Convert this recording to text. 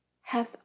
hath